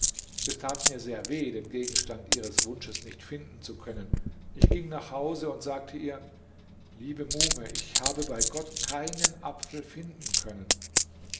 es tat mir sehr weh den gegenstand ihres wunsches nicht finden zu können ich ging nach hause und sagte ihr liebe muhme ich habe bei gott keinen apfel finden können